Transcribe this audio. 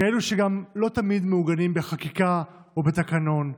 כאלה שגם לא תמיד מעוגנים בחקיקה או בתקנון.